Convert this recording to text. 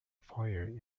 fire